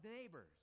neighbors